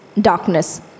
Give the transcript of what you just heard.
darkness